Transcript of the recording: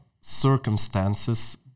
circumstances